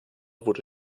wurde